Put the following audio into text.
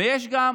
ויש גם